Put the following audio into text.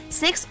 six